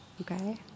okay